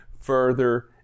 further